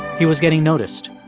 he was getting noticed